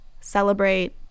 celebrate